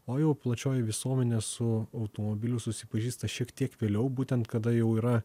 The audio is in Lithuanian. o jau plačioji visuomenė su automobiliu susipažįsta šiek tiek vėliau būtent kada jau yra